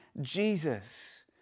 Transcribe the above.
Jesus